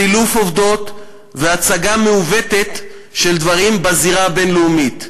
סילוף עובדות והצגה מעוותת של דברים בזירה הבין-לאומית,